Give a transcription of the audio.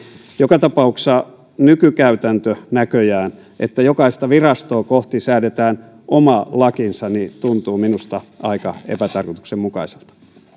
joka tapauksessa nykykäytäntö näköjään että jokaista virastoa kohti säädetään oma lakinsa tuntuu minusta aika epätarkoituksenmukaiselta